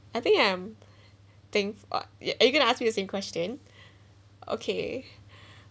I think I'm thinks what are you going to ask me the same question okay